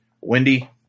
Wendy